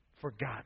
forgotten